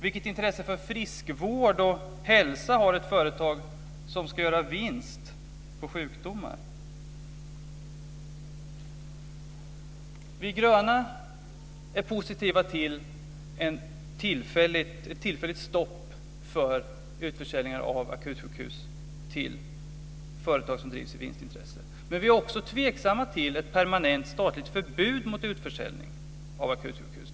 Vilket intresse för friskvård och hälsa har ett företag som ska göra vinst på sjukdomar? Vi gröna är positiva till ett tillfälligt stopp för utförsäljningar av akutsjukhus till företag som drivs i vinstintresse. Men vi är också tveksamma till ett permanent statligt förbud mot utförsäljning av akutsjukhus.